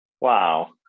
Wow